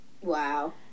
Wow